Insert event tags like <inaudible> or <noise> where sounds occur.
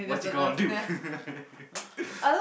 what you gonna do <laughs>